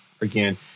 again